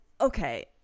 okay